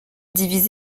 divise